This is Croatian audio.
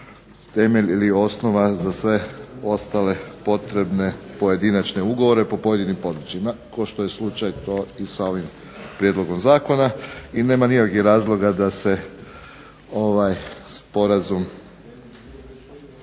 temelj ili osnova za sve ostale potrebne pojedinačne ugovore po pojedinim područjima, kao što je slučaj to i sa ovim prijedlogom zakona, i nema nikakvih razloga da se ovaj sporazum